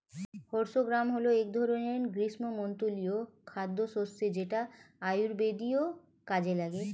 horse gram হল এক ধরনের গ্রীষ্মমণ্ডলীয় খাদ্যশস্য যেটা আয়ুর্বেদীয় কাজে লাগে